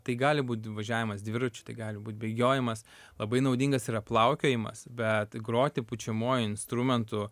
tai gali būt važiavimas dviračiu tai gali būt bėgiojimas labai naudingas yra plaukiojimas bet groti pučiamuoju instrumentu